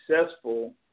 successful